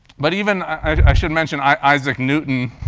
but even i should mention isaac newton.